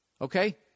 okay